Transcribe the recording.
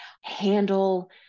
handle